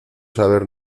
saber